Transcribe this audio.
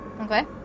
Okay